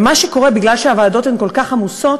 ומה שקורה, בגלל שהוועדות כל כך עמוסות,